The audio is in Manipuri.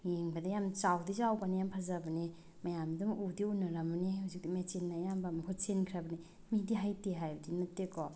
ꯌꯦꯡꯕꯗ ꯌꯥꯝ ꯆꯥꯎꯗꯤ ꯆꯥꯎꯕꯅꯦ ꯌꯥꯝ ꯐꯖꯕꯅꯤ ꯃꯌꯥꯝ ꯑꯗꯨꯝ ꯎꯗꯤ ꯎꯅꯔꯝꯂꯅꯤ ꯍꯧꯖꯤꯛꯇꯤ ꯃꯦꯆꯤꯟꯅ ꯑꯌꯥꯝꯕ ꯃꯍꯨꯠ ꯁꯤꯟꯈ꯭ꯔꯕꯅꯤ ꯃꯤꯗꯤ ꯍꯩꯇꯦ ꯍꯥꯏꯕꯗꯤ ꯅꯠꯇꯦꯀꯣ